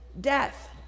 Death